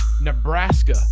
Nebraska